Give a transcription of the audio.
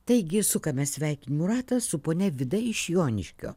taigi sukame sveikinimų ratą su ponia vida iš joniškio